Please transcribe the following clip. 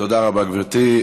תודה רבה, גברתי.